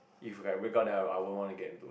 if like we break up then I I won't wanna get into